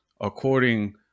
according